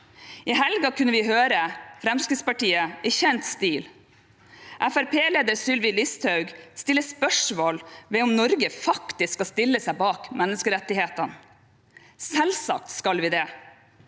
I helgen kunne vi høre Fremskrittspartiet i kjent stil. Fremskrittsparti-leder Sylvi Listhaug stilte spørsmål ved om Norge faktisk skal stille seg bak menneskerettighetene. Selvsagt skal vi det.